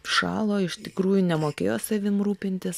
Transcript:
šalo iš tikrųjų nemokėjo savim rūpintis